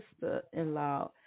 sister-in-law